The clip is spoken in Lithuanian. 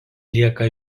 lieka